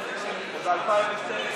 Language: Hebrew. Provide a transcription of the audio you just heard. חברי הכנסת,